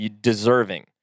deserving